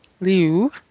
Liu